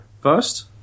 first